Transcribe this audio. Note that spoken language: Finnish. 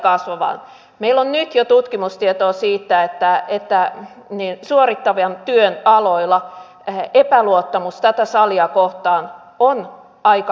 meillä on nyt jo tutkimustietoa siitä että suorittavan työn aloilla epäluottamus tätä salia kohtaan on aika korkea